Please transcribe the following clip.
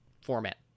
format